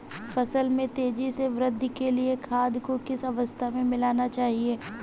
फसल में तेज़ी से वृद्धि के लिए खाद को किस अवस्था में मिलाना चाहिए?